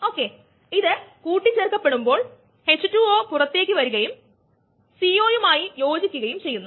rgES rcESdmESdt≅0 rgESrcES നിരക്കിനെ സാന്ദ്രത കൊണ്ട് റീപ്ലേസ് ചെയുന്നു